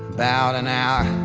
about an hour